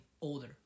older